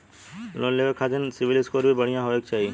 Loan लेवे के खातिन सिविल स्कोर भी बढ़िया होवें के चाही?